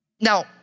Now